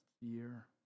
year